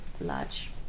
large